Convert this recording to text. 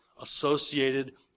associated